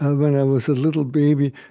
when i was a little baby,